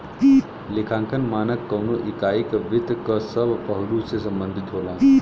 लेखांकन मानक कउनो इकाई क वित्त क सब पहलु से संबंधित होला